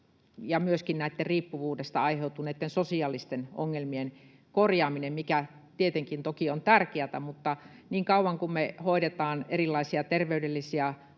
ja myöskin näitten riippuvuudesta aiheutuneitten sosiaalisten ongelmien korjaaminen, mikä tietenkin toki on tärkeätä, mutta niin kauan, kun me hoidetaan erilaisia terveydellisiä